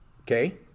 okay